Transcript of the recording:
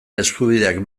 eskubideak